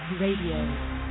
Radio